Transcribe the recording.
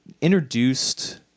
introduced